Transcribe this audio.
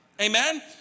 Amen